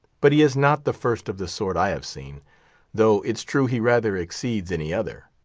but he is not the first of the sort i have seen though it's true he rather exceeds any other.